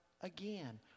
again